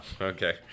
Okay